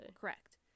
Correct